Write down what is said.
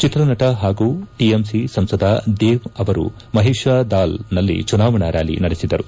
ಚಿತ್ರನಟ ಹಾಗೂ ಟಿಎಂಸಿ ಸಂಸದ ದೇವ್ ಅವರು ಮಹಿಶಾದಾಲ್ ನಲ್ಲಿ ಚುನಾವಣಾ ರ್ವಾಲಿ ನಡೆಸಿದರು